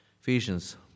Ephesians